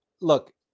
look